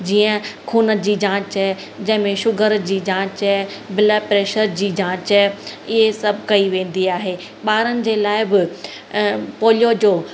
जीअं खून जी जाच जंहिं में शुगर जी जाच बिलर पेशर जी जाच इहे सभु कई वेंदी आहे ॿारनि जे लाइ बि पोलियो जो